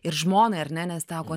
ir žmonai ar ne nes teko